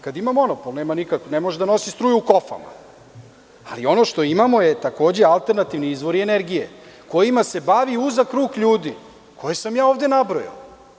Kada ima monopol, ne može da nosi struju u kofama, ali ono što imamo je takođe alternativni izvor energije kojima se bavi uzak krug ljudi koje sam ja ovde nabrojao.